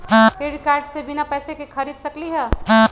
Credit card से बिना पैसे के ही खरीद सकली ह?